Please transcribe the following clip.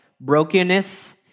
brokenness